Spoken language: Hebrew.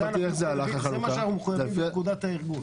זה מה שאנחנו מחויבים בפקודת הארגון.